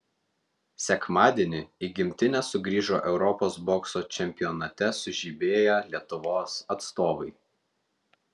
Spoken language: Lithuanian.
sekmadienį į gimtinę sugrįžo europos bokso čempionate sužibėję lietuvos atstovai